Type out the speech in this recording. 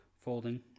folding